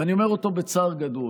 ואני אומר אותו בצער גדול: